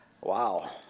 Wow